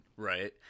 Right